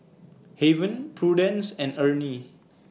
Haven Prudence and Ernie